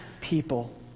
people